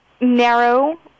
narrow